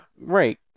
Right